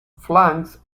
flanks